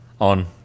On